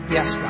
Yes